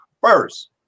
First